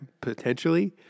potentially